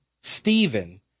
Stephen